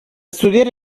studiare